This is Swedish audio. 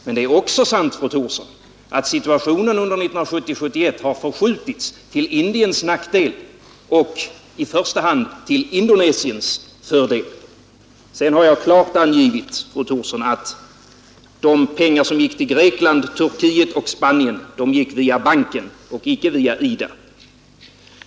Men det är också sant, fru Thorsson, att situationen 1970—1971 har förskjutits till Indiens nackdel och i första hand till Indonesiens fördel. : Jag har klart angivit, fru Thorsson, att de pengar som gick till Grekland, Turkiet och Spanien gick via banken och icke via IDA.